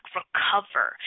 recover